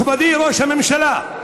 מכובדי ראש הממשלה,